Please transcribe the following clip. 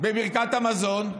ובברכת המזון,